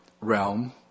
realm